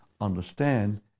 understand